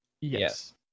Yes